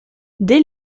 dès